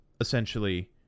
essentially